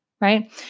right